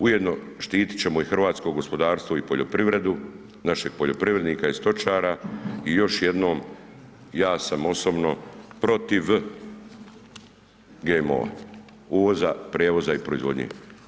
Ujedno štitit ćemo i hrvatsko gospodarstvo i poljoprivredu, našeg poljoprivrednika i stočara i još jednom ja sam osobno protiv GMO-a, uvoza, prijevoza i proizvodnje.